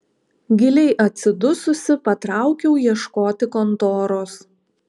giliai atsidususi patraukiau ieškoti kontoros